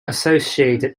associated